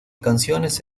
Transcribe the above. canciones